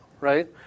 right